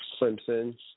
Clemson